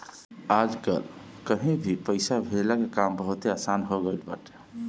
आजकल कहीं भी पईसा भेजला के काम बहुते आसन हो गईल बाटे